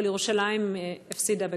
אבל ירושלים הפסידה בגדול.